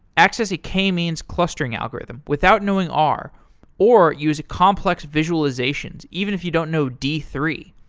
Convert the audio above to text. access a cayman's clustering algorithm without knowing r or use a complex visualization even if you don't know d three.